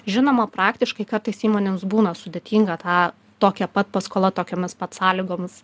žinoma praktiškai kartais įmonėms būna sudėtinga tą tokią pat paskolą tokiomis pat sąlygomis